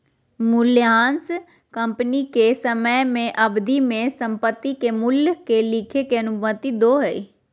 मूल्यह्रास कंपनी के समय के अवधि में संपत्ति के मूल्य के लिखे के अनुमति दो हइ